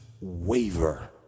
waver